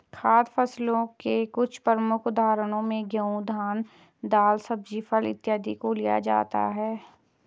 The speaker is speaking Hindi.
खाद्य फसलों के कुछ प्रमुख उदाहरणों में गेहूं, धान, दाल, सब्जी, फल इत्यादि को लिया जा सकता है